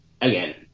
again